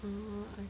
mm